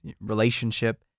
relationship